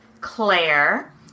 Claire